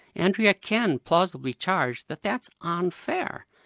andrea can plausibly charge that that's unfair,